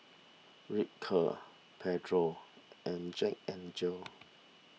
Ripcurl Pedro and Jack N Jill